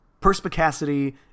perspicacity